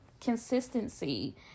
Consistency